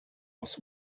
was